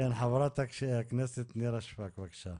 חברת הכנסת נירה שפק, בבקשה.